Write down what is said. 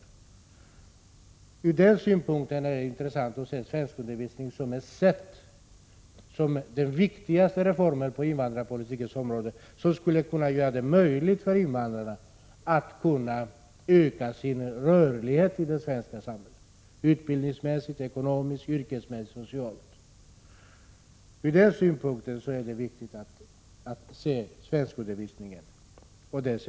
Från denna synpunkt kan svenskundervisningen ses som den viktigaste reformen på invandrarpolitikens område, som skulle kunna göra det möjligt för invandrarna att utbildningsmässigt, ekonomiskt och socialt öka sin rörlighet i det svenska samhället.